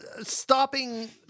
stopping